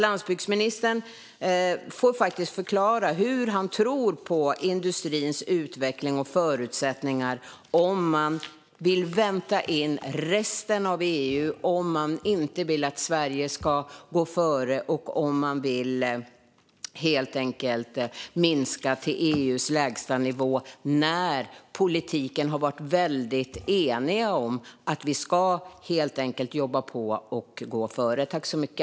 Landsbygdsministern får faktiskt förklara vad han tror om industrins utveckling och förutsättningar om man vill vänta in resten av EU, om Sverige inte ska gå före och helt enkelt vill sänka till EU:s lägstanivå. Vi i politiken har ju varit väldigt eniga om att vi ska jobba på och gå före.